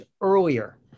earlier